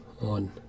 on